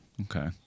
okay